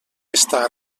està